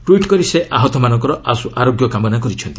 tweet କରି ସେ ଆହତମାନଙ୍କର ଆଶୁ ଆରୋଗ୍ୟ କାମନା କରିଛନ୍ତି